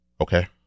Okay